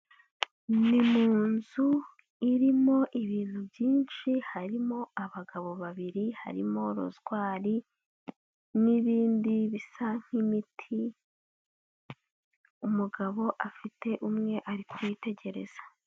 Ni mu nzu irimo ibintu byinshi, harimo abagabo babiri, harimo rozwari n'ibindi bisa nk'imiti, umugabo afite umwe ari kuwitegereza.